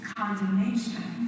condemnation